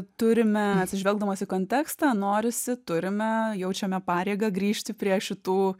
turime atsižvelgdamos į kontekstą norisi turime jaučiame pareigą grįžti prie šitų